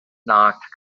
knocked